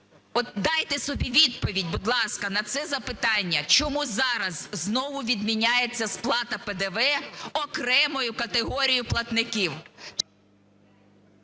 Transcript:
дайте собі відповідь, будь ласка, на це запитання, чому зараз знову відміняється сплата ПДВ окремою категорією платників?